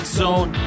zone